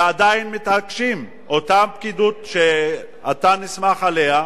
ועדיין מתעקשים, אותה פקידות שאתה נסמך עליה,